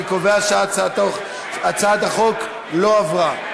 אני קובע שהצעת החוק לא עברה.